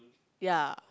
ya